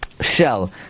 shell